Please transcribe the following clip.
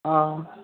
অঁ